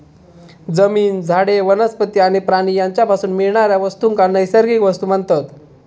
जमीन, झाडे, वनस्पती आणि प्राणी यांच्यापासून मिळणाऱ्या वस्तूंका नैसर्गिक वस्तू म्हणतत